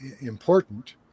important